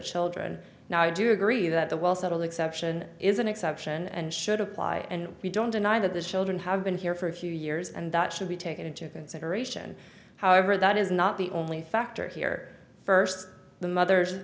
children now i do agree that the well settled exception is an exception and should apply and we don't deny that the children have been here for a few years and that should be taken into consideration however that is not the only factor here first the mother